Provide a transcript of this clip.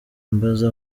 ambaza